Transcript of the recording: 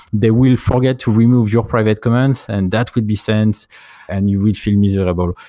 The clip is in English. they will forget to remove your private comments and that could be sent and you would feel miserable.